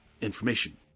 information